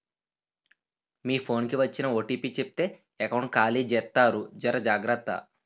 మీ phone కి వచ్చిన OTP చెప్తే ఎకౌంట్ ఖాళీ జెత్తారు జర జాగ్రత్త